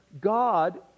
God